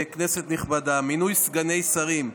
כנסת נכבדה, מינוי סגני שרים.